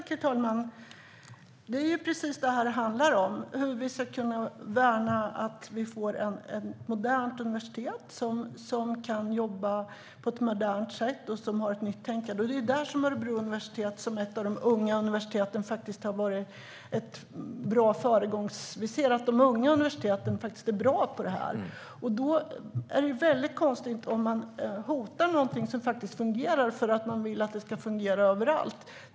Herr talman! Det är precis det här det handlar om - hur vi ska kunna värna att vi får ett modernt universitet som kan jobba på ett modernt sätt och har ett nytt tänkande. Det är där Örebro universitet som ett av de unga universiteten har varit en bra föregångare. Vi ser att de unga universiteten är bra på det här. Då är det ju väldigt konstigt om man hotar någonting som faktiskt fungerar för att man vill att det ska fungera överallt.